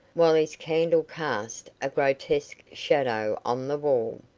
while his candle cast a grotesque shadow on the wall.